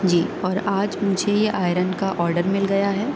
جی اور آج مجھے یہ آئرن کا آڈر مل گیا ہے